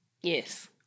Yes